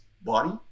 body